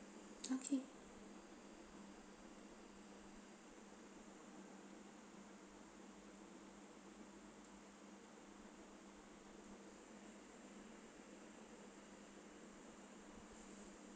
okay